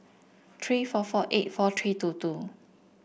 three four four eight four three two two